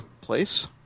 place